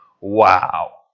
Wow